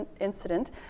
incident